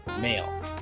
male